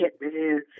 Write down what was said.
man